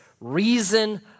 reason